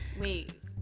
Wait